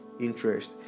interest